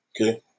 okay